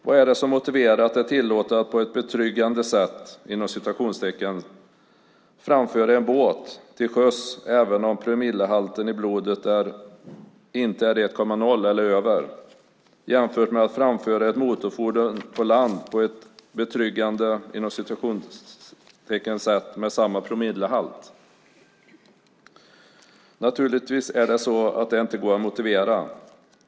Vad är det som motiverar att det är tillåtet att på ett "betryggande" sätt framföra en båt till sjöss även om promillehalten i blodet är 1,0 eller mer, medan det inte är tillåtet att framföra ett motorfordon på land på ett "betryggande" sätt med samma promillehalt? Naturligtvis är det så att detta inte går att motivera.